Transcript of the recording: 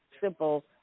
simple